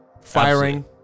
firing